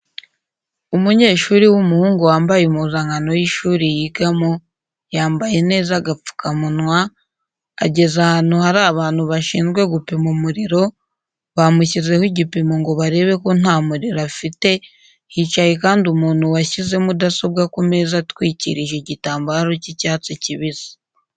Umunyeshuri w'umuhungu wambaye impuzankano y'ishuri yigamo yambaye neza agapfukamunwa,, ageze ahantu hari abantu bashinzwe gupima umuriro bamushyizeho igipimo ngo barebe ko nta muriro afite, hicaye kandi umuntu washyize mudasobwa ku meza atwikirije igitambaro cy'icyatsi kibisi.